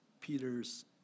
Peter's